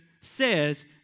says